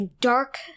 dark—